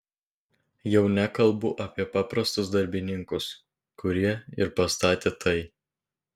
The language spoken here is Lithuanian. jau nekalbu apie paprastus darbininkus kurie ir pastatė tai